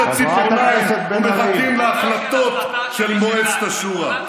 הציפורניים ומחכים להחלטות של מועצת השורא.